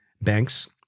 banks